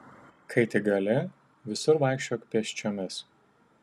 kai tik gali visur vaikščiok pėsčiomis